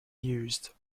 used